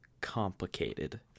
complicated